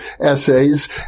essays